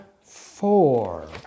four